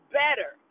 better